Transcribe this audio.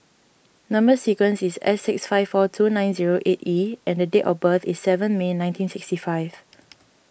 Number Sequence is S six five four two nine zero eight E and date of birth is seven May nineteen sixty five